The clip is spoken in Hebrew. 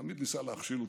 הוא תמיד ניסה להכשיל אותי,